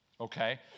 okay